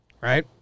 right